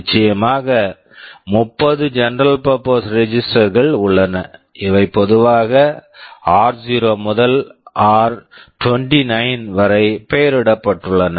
நிச்சயமாக 30 general purpose registers general purpose registers கள் உள்ளன இவை பொதுவாக ஆர்0 r0 முதல் ஆர்29 r29 வரை பெயரிடப்பட்டுள்ளன